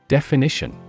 Definition